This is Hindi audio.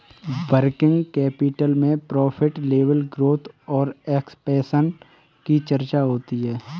वर्किंग कैपिटल में प्रॉफिट लेवल ग्रोथ और एक्सपेंशन की चर्चा होती है